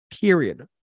Period